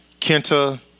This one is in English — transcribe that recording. Kenta